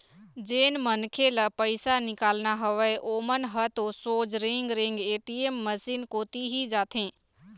जेन मनखे ल पइसा निकालना हवय ओमन ह तो सोझ रेंगे रेंग ए.टी.एम मसीन कोती ही जाथे